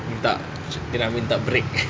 minta dia nak minta break